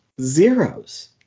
zeros